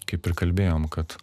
kaip ir kalbėjom kad